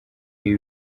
ibi